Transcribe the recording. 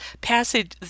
passage